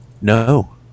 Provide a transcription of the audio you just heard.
No